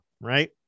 right